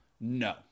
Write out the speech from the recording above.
No